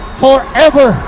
forever